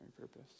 purpose